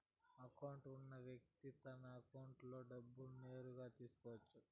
account ఉన్న వ్యక్తి తన అకౌంట్లో డబ్బులు నేరుగా తీసుకోవచ్చు